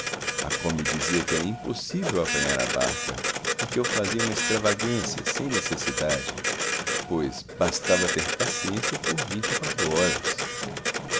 a qual me dizia que era impossível apanhar a barca e que eu fazia uma extravagância sem necessidade pois bastava ter paciência por vinte e quatro horas